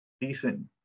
decent